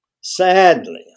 sadly